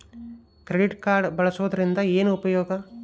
Credit card ಬಳಸುವದರಿಂದ ಏನು ಉಪಯೋಗ?